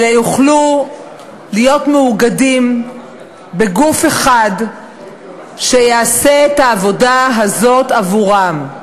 אלא יוכלו להיות מאוגדים בגוף אחד שיעשה את העבודה הזאת עבורם.